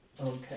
Okay